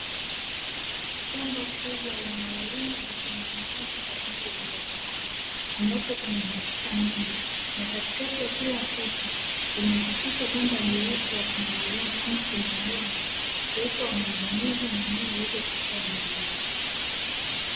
Shamba kubwa linalolimwa vitunguu maji kwa ajili ya biashara, ambapo kuna matuta mengi na katikati ya kila tuta, limepitishwa bomba jeusi la kumwagilia maji kwenye udongo kuupa unyevunyevu ili mimea kuweza kukua vizuri.